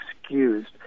excused